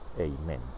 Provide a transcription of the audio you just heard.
Amen